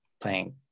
playing